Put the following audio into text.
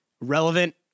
Relevant